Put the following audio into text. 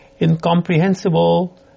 incomprehensible